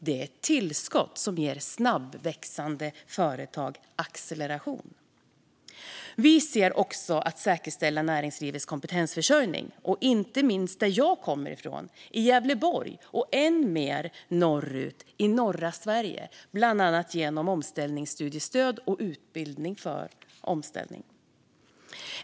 Det är ett tillskott som ger snabbväxande företag acceleration. Vi ser också till att säkerställa näringslivets kompetensförsörjning, inte minst i Gävleborg där jag kommer ifrån och ännu längre norrut i norra Sverige, bland annat genom omställningsstudiestöd och utbildning för omställning.